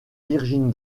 virgin